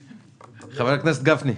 חבר הכנסת גפני.